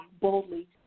boldly